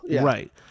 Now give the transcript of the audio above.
Right